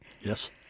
Yes